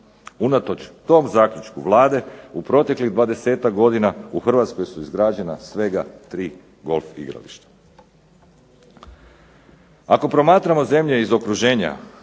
Unatoč tom zaključku Vlade u proteklih 20-tak godina u Hrvatskoj su izgrađena svega 3 golf igrališta. Ako promatramo zemlje iz okruženja i nama